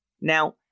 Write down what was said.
Now